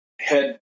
head